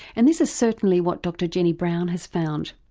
and this is certainly what dr jenny brown has found.